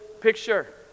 picture